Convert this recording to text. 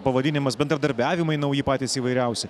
pavadinimas bendradarbiavimai nauji patys įvairiausi